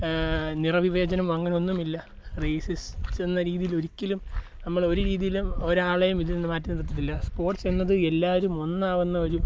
നിറവിവേചനം അങ്ങനൊന്നുമില്ല റേസിസ്റ്റ്സെന്ന രീതിയിൽ ഒരിക്കലും നമ്മൾ ഒരു രീതിലും ഒരാളേം ഇതിൽ നിന്ന് മാറ്റി നിർത്തിട്ടില്ല സ്പോർട്സ് എന്നത് എല്ലാവരും ഒന്നാവുന്നൊരു